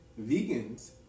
Vegans